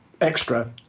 extra